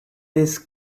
this